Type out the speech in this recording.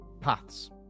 paths